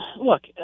look